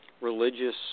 religious